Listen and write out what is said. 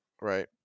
right